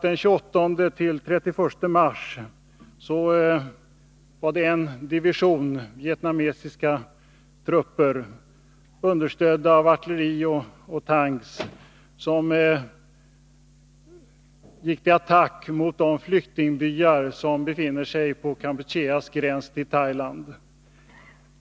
Den 28-31 mars gick en division vietnamesiska trupper, understödda av artilleri och tanks, till attack mot flyktingbyar på Kampucheas gräns till Thailand.